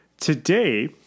Today